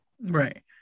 Right